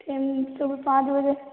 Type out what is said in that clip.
time सुबह पाँच बजे